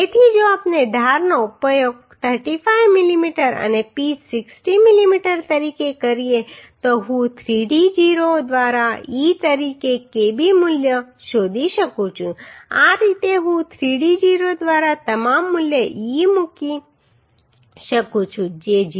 તેથી જો આપણે ધારનો ઉપયોગ 35 મીમી અને પીચ 60 મીમી તરીકે કરીએ તો હું 3d0 દ્વારા e તરીકે kb મૂલ્ય શોધી શકું છું આ રીતે હું 3d0 દ્વારા તમામ મૂલ્ય e મૂકી શકું છું જે 0